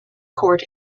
court